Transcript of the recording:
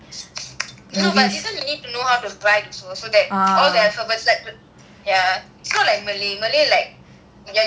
no no but this one you need to know how to write also that all the alphabets like ya it is not like malay malay like you are just using english